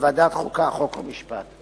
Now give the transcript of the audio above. לוועדת החוקה, חוק ומשפט.